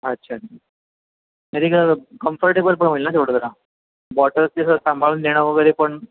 अच्छा म्हणजे कसं कम्फर्टेबल पण होईल ना तेवढं जरा बॉटल्स तसं सांभाळून देणं वगैरे पण